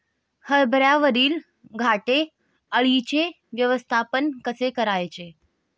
हरभऱ्यावरील घाटे अळीचे व्यवस्थापन कसे करायचे?